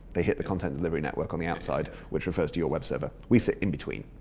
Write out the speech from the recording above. they hit the content delivery network on the outside which refers to your web server. we sit in between.